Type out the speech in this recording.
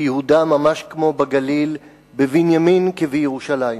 ביהודה, ממש כמו בגליל, בבנימין כבירושלים.